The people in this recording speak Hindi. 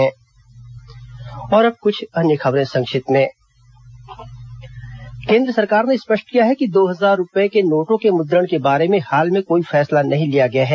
संक्षिप्त समाचार अब कुछ अन्य खबरें संक्षिप्त में केंद्र सरकार ने स्पष्ट किया कि दो हजार रूपए के नोटों के मुद्रण के बारे में हाल में कोई फैसला नहीं लिया गया है